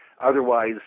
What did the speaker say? otherwise